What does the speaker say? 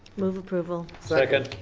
move approval. second.